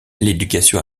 l’éducation